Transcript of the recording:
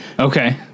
Okay